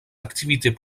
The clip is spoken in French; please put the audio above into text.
activités